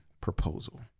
proposal